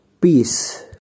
Peace